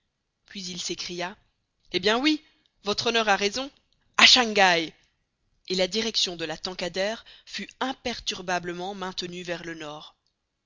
puis il s'écria eh bien oui votre honneur a raison a shangaï et la direction de la tankadère fut imperturbablement maintenue vers le nord